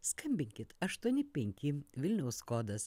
skambinkit aštuoni penki vilniaus kodas